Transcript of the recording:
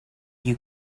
you